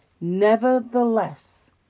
Nevertheless